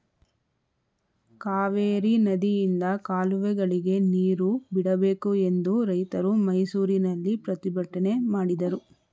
ಕಾವೇರಿ ನದಿಯಿಂದ ಕಾಲುವೆಗಳಿಗೆ ನೀರು ಬಿಡಬೇಕು ಎಂದು ರೈತರು ಮೈಸೂರಿನಲ್ಲಿ ಪ್ರತಿಭಟನೆ ಮಾಡಿದರು